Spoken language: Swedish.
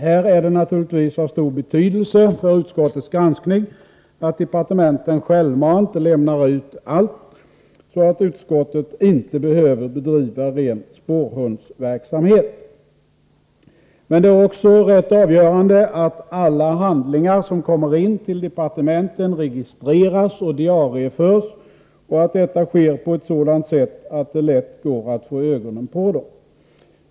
Här är det naturligtvis av stor betydelse för utskottets granskning att departementen självmant lämnar ut allt, så att utskottet inte behöver bedriva ren spårhundsverksamhet. Men det är också rätt avgörande att alla handlingar som kommer in till departementen registreras och diarieförs och att detta sker på ett sådant sätt att det lätt går att få ögonen på dem.